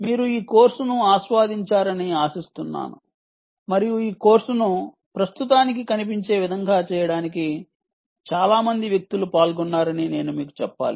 మీరు ఈ కోర్సును ఆస్వాదించారని ఆశిస్తున్నాను మరియు ఈ కోర్స్ ఇప్పుడు ఇలా కనిపించడానికి చాలా వ్యక్తులు పాల్గొన్నారని నేను మీకు చెప్పాలి